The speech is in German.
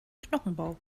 knochenbau